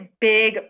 big